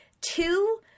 Two